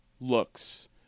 looks